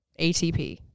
ATP